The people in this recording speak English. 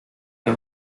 the